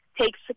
takes